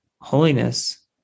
holiness